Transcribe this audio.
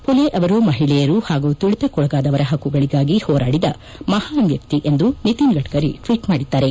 ಫುಲೆ ಅವರು ಮಹಿಳೆಯರು ಪಾಗೂ ತುಳಿತಕ್ಕೊಳಗಾದವರ ಪಕ್ಕುಗಳಿಗಾಗಿ ಹೋರಾಡಿದ ಮಹಾನ್ ವ್ಯಕ್ತಿ ಎಂದು ನಿತಿನ್ ಗಡ್ಗರಿ ಟ್ವೀಟ್ ಮಾಡಿದ್ದಾರೆ